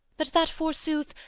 but that, forsooth,